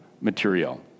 material